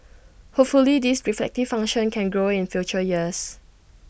hopefully this reflective function can grow in future years